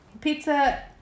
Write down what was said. pizza